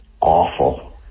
awful